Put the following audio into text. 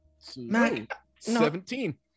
17